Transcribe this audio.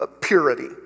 purity